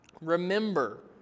Remember